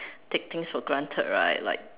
take things for granted right like